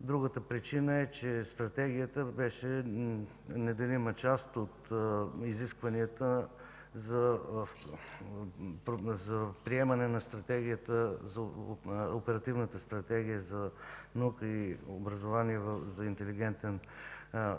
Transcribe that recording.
Другата причина е, че Стратегията беше неделима част от изискванията за приемане на Оперативната стратегия за наука и образование за интелигентен